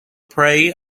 prey